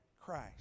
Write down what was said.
Christ